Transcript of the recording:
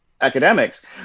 academics